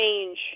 change